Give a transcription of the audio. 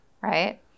right